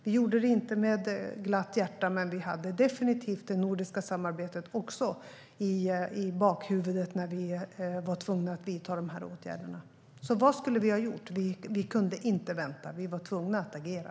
Vi gjorde det inte med glatt hjärta, men vi hade definitivt även det nordiska samarbetet i bakhuvudet när vi var tvungna att vidta dessa åtgärder. Så vad skulle vi ha gjort? Vi kunde inte vänta utan var tvungna att agera.